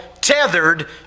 tethered